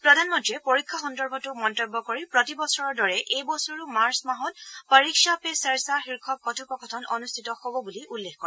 প্ৰধানমন্ত্ৰীয়ে পৰীক্ষা সন্দৰ্ভতো মন্তব্য কৰি প্ৰতিবছৰৰ দৰে এইবছৰো মাৰ্চ মাহত পৰীক্ষা পে চৰ্চা শীৰ্ষক কথোপকথন অনুষ্ঠিত হ'ব বুলি উল্লেখ কৰে